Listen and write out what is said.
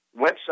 website